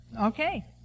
Okay